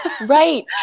Right